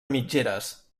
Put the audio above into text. mitgeres